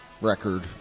record